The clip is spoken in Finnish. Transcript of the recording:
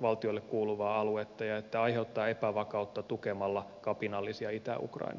valtiolle kuuluvaa aluetta ja aiheuttaa epävakautta tukemalla kapinallisia itä ukrainassa